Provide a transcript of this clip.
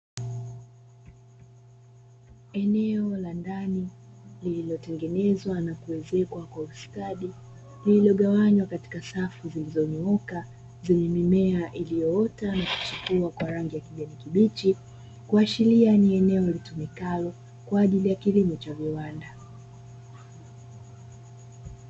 Eneo la ndani lililotengenezwa na kuezekwa kwa ustadi, lililogawanywa katika safu zilizonyooka zenye mimea iliyoota na kuchipua kwa rangi ya kijani kibichi. Kuachiria ni eneo litumikalo kwa ajili ya kilimo cha viwanda.